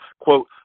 Quote